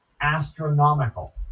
astronomical